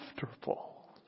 comfortable